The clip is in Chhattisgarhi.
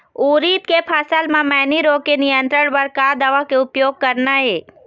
उरीद के फसल म मैनी रोग के नियंत्रण बर का दवा के उपयोग करना ये?